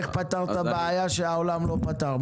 איך פתרת בעיה שהעולם לא פתר?